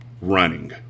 Running